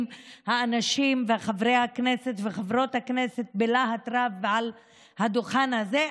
האנשים וחברי הכנסת וחברות הכנסת בלהט רב מעל הדוכן הזה,